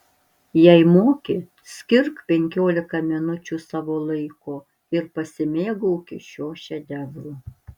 jei moki skirk penkiolika minučių savo laiko ir pasimėgauki šiuo šedevru